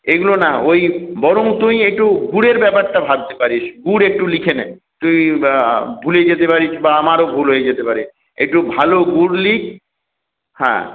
এগুলো না ওই বরং তুই একটু গুড়ের ব্যাপারটা ভাবতে পারিস গুড় একটু লিখে নে তুই ভুলে যেতে পারিস বা আমারও ভুল হয়ে যেতে পারে একটু ভালো গুড় লেখ হ্যাঁ